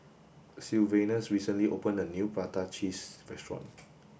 Sylvanus recently opened a new prata cheese restaurant